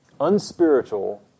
unspiritual